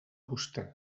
vostè